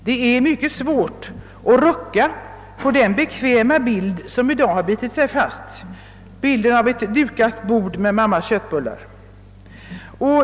Det är mycket svårt att rucka på den bekväma bild som i dag bitit sig fast —- bilden av ett dukat bord med mammas köttbullar.